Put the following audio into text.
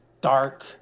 dark